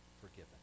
forgiven